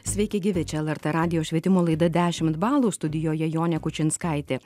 sveiki gyvi čia lrt radijo švietimo laida dešimt balų studijoje jonė kučinskaitė